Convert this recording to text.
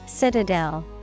Citadel